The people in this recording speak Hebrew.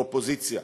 או אופוזיציה.